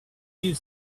you